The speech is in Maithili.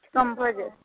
कम भऽ जायत